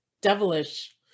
devilish